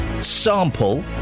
sample